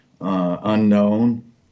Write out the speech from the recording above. unknown